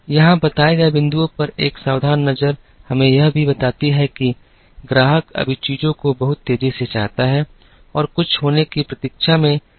यहां बताए गए बिंदुओं पर एक सावधान नज़र हमें यह भी बताती है कि ग्राहक अभी चीजों को बहुत तेज़ी से चाहता है और कुछ होने की प्रतीक्षा में अधिक से अधिक अधीर हो गया है